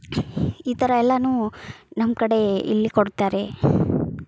ಈ ಥರ ಎಲ್ಲನೂ ನಮ್ಮ ಕಡೆ ಇಲ್ಲಿ ಕೊಡ್ತಾರೆ